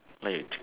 like